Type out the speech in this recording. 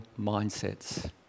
mindsets